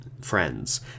friends